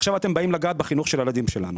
עכשיו אתם באים לגעת בחינוך של הילדים שלנו